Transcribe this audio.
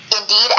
Indeed